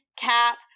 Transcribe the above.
Cap